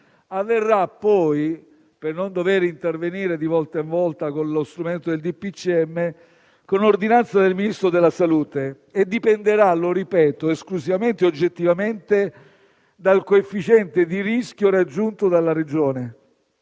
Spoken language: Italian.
avverrà poi, per non dover intervenire di volta in volta con lo strumento del DPCM, con ordinanza del Ministro della salute e dipenderà, lo ripeto, esclusivamente e oggettivamente dal coefficiente di rischio raggiunto dalla Regione,